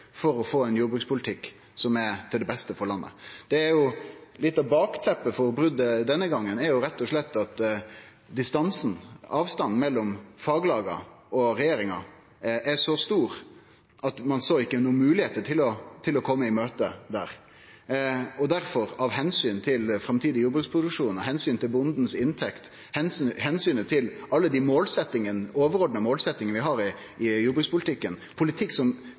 for å få ein jordbrukspolitikk som er til det beste for landet. Litt av bakteppet for brotet denne gongen er rett og slett at distansen, avstanden, mellom faglaga og regjeringa er så stor at ein ikkje såg nokon moglegheiter til å kome i møte der – av omsyn til framtidig jordbruksproduksjon, av omsyn til bondens inntekt og omsynet til alle dei overordna målsetjingane vi har i jordbrukspolitikken, politikk som